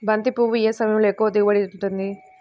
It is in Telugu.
బంతి పువ్వు ఏ సమయంలో ఎక్కువ దిగుబడి ఉంటుంది?